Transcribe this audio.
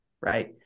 Right